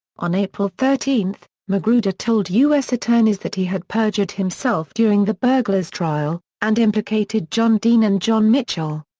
on april thirteen, magruder told u s. attorneys that he had perjured himself during the burglars' trial, and implicated john dean and john mitchell.